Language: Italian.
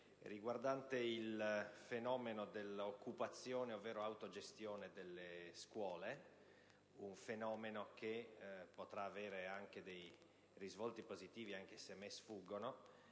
riguarda il fenomeno dell'occupazione ovvero autogestione delle scuole, un fenomeno che potrà avere anche dei risvolti positivi - che però a me sfuggono